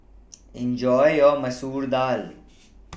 Enjoy your Masoor Dal